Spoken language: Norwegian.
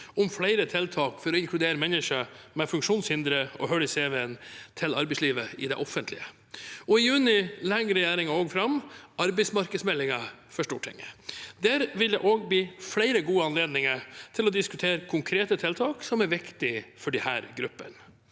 om flere tiltak for å inkludere mennesker med funksjonshindre og hull i cv-en til arbeidslivet i det offentlige. I juni legger også regjeringen fram arbeidsmarkedsmeldingen for Stortinget. Der vil det bli flere gode anledninger til å diskutere konkrete tiltak som er viktige for disse gruppene.